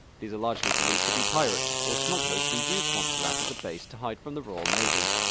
these are largely believed to be pirates or smugglers who used montserrat as a base to hide from the royal navy.